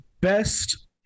best